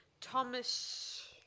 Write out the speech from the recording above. Thomas